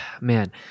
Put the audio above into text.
man